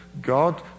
God